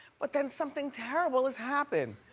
but then something terrible has happened.